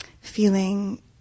feeling